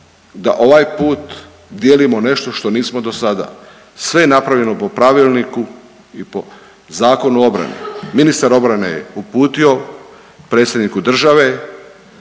da ovaj put dijelimo nešto što nismo dosada. Sve je napravljeno po pravilniku i po Zakonu o obrani. Ministar obrane je uputio predsjedniku države,